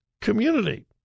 community